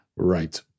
Right